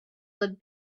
would